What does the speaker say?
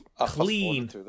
clean